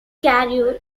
career